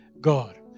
God